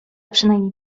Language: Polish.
przynajmniej